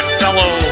fellow